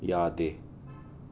ꯌꯥꯗꯦ